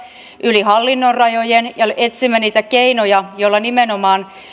yli hallinnonrajojen ja etsimme niitä keinoja joilla nimenomaan